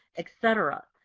et cetera.